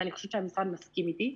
ואני חושבת שהמשרד מסכים איתי.